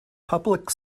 public